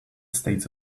states